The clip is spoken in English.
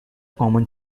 common